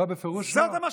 לא, בפירוש לא.